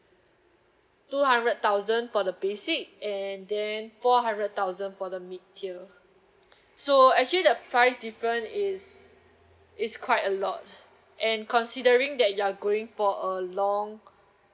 two hundred thousand for the basic and then four hundred thousand for the mid tier so actually the price different is is quite a lot and considering that you are going for a long